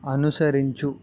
అనుసరించు